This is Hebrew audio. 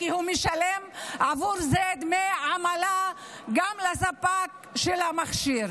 כי הוא משלם עבור זה דמי עמלה גם לספק של המכשיר.